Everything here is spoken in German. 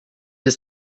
ist